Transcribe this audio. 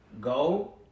go